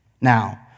Now